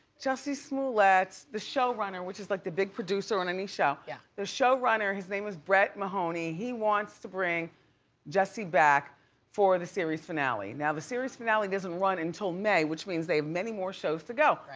jussie smollette. the showrunner, which is like the big producer on any show. yeah. the showrunner, his name is brett mahoney, he wants to bring jussie back for the series finale. now the series finale doesn't run until may, which means they have many more shows to go. right.